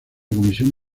comisión